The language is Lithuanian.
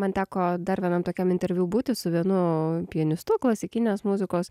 man teko dar vienam tokiam interviu būti su vienu pianistu klasikinės muzikos